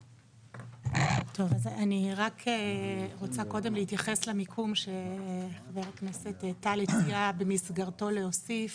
אני רק רוצה קודם להתייחס למיקום שחבר הכנסת טל הציע במסגרתו להוסיף.